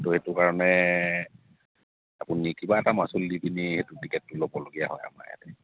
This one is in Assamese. ত' সেইটো কাৰণে আপুনি কিবা এটা মাচুল দি পিনি সেইটো টিকেটটো ল'বলগীয়া হয় আমাৰ ইয়াতে